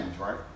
right